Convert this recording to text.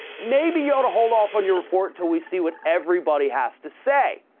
maybe you ought to hold off on your report till we see what everybody has to say.